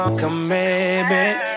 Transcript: commitment